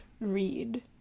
read